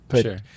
Sure